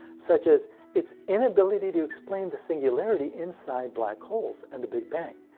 such as its inability to explain the singularity inside black holes, and the big bang.